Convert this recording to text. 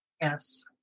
Yes